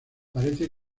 parece